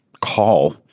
call